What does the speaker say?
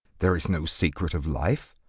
there is no secret of life.